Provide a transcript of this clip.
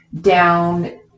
down